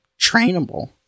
trainable